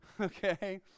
Okay